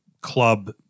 club